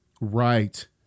Right